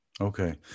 Okay